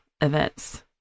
events